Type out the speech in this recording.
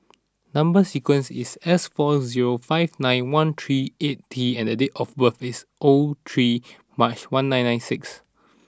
number sequence is S four zero five nine one three eight T and date of birth is O three March one nine nine six